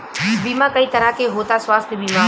बीमा कई तरह के होता स्वास्थ्य बीमा?